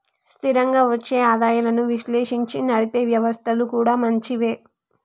స్థిరంగా వచ్చే ఆదాయాలను విశ్లేషించి నడిపే వ్యవస్థలు కూడా మంచివే